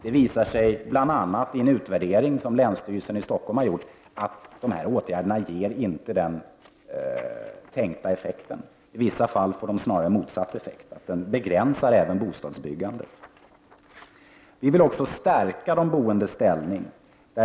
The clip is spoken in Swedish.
Det visar sig bl.a. i en utvärdering som länsstyrelsen i Stockholm har gjort att dessa åtgärder inte ger den tänkta effekten. I vissa fall får de snarare motsatt effekt, dvs. att de begränsar bostadsbyggandet. Vi moderater vill även stärka de boendes ställning.